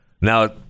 Now